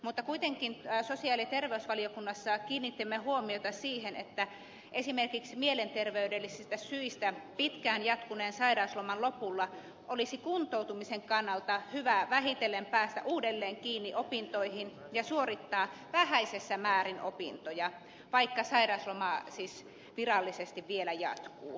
mutta kuitenkin sosiaali ja terveysvaliokunnassa kiinnitimme huomiota siihen että esimerkiksi mielenterveydellisistä syistä pitkään jatkuneen sairausloman lopulla olisi kuntoutumisen kannalta hyvä vähitellen päästä uudelleen kiinni opintoihin ja suorittaa vähäisessä määrin opintoja vaikka sairausloma siis virallisesti vielä jatkuu